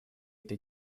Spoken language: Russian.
этой